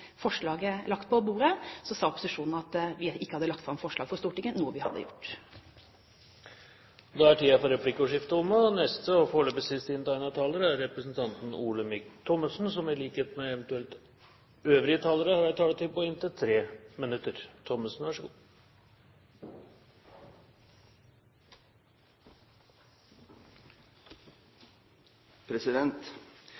forslaget så ble lagt på bordet, sa opposisjonen at vi ikke hadde lagt fram forslag for Stortinget, noe vi hadde gjort. Replikkordskiftet er omme. De talere som heretter får ordet, har en taletid på inntil 3 minutter.